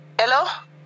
Hello